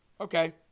Okay